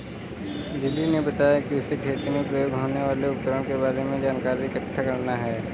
lily ने बताया कि उसे खेती में प्रयोग होने वाले उपकरण के बारे में जानकारी इकट्ठा करना है